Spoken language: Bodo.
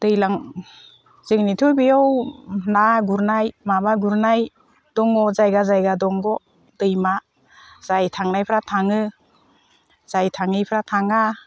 दैज्लां जोंनिथ' बेयाव ना गुरनाय माबा गुरनाय दङ जायगा जायगा दंग' दैमा जाय थांनायफोरा थाङो जाय थाङिफ्रा थाङा